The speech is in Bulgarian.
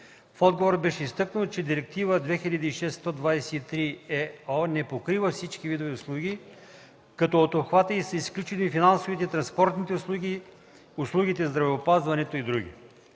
В отговор беше изтъкнато, че Директива 2006/123/ЕО не покрива всички видове услуги, като от обхвата й са изключени финансовите, транспортните, услугите в здравеопазването и други.